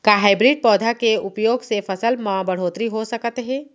का हाइब्रिड पौधा के उपयोग से फसल म बढ़होत्तरी हो सकत हे?